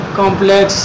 complex